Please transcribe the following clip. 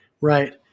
right